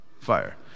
fire